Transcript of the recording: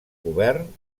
govern